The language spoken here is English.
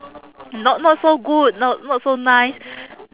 not not so good not not so nice